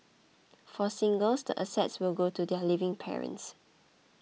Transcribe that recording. for singles the assets will go to their living parents